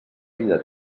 vida